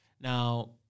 Now